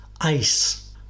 Ice